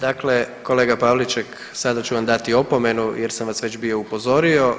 Dakle kolega Pavliček sada ću vam dati opomenu jer sam vas već bio upozorio.